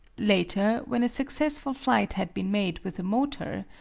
later, when a successful flight had been made with a motor,